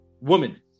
Woman